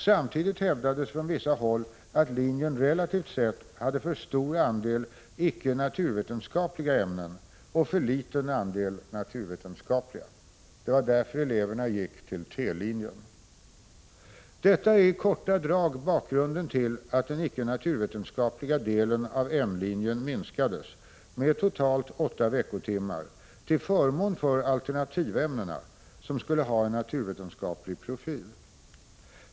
Samtidigt hävdades från vissa håll att linjen relativt sett hade för stor andel icke naturvetenskapliga ämnen och för liten andel naturvetenskapliga. Det var därför eleverna gick till T-linjen. Detta är i korta drag bakgrunden till att den icke-naturvetenskapliga delen av N-linjen minskades med totalt åtta veckotimmar till förmån för alternativämnena, som skulle ha en naturvetenskaplig profil.